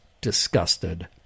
disgusted